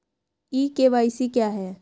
ई KYC क्या है?